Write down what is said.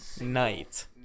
night